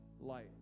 light